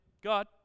God